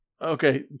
Okay